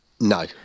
No